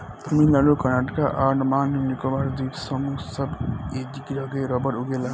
तमिलनाडु कर्नाटक आ अंडमान एवं निकोबार द्वीप समूह सब जगे रबड़ उगेला